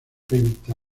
treinta